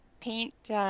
paint